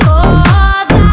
Cause